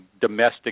domestic